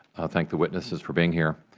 thank the witnesses for being here.